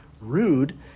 rude